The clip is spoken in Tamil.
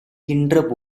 கின்ற